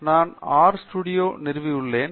எனவே நான் R studio நிறுவி உள்ளேன்